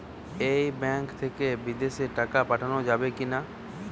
এই ব্যাঙ্ক থেকে বিদেশে টাকা পাঠানো যাবে কিনা?